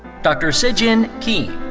dr. sejin keem.